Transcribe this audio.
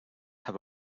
have